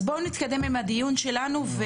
אז בואו נתקדם עם הדיון שלנו.